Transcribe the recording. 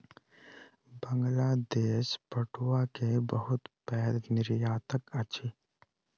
बांग्लादेश पटुआ के बहुत पैघ निर्यातक अछि